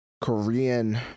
Korean